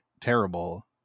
terrible